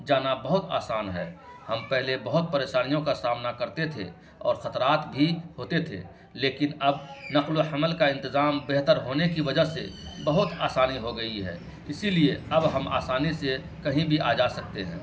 جانا بہت آسان ہے ہم پہلے بہت پریشانیوں کا سامنا کرتے تھے اور خطرات بھی ہوتے تھے لیکن اب نقل و حمل کا انتظام بہتر ہونے کی وجہ سے بہت آسانی ہو گئی ہے اسی لیے اب ہم آسانی سے کہیں بھی آ جا سکتے ہیں